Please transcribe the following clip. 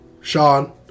Sean